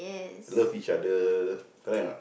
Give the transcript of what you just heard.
love each other correct or not